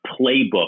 playbook